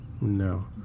No